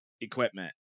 equipment